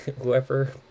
whoever